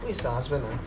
who is the husband ah